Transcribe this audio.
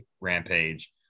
rampage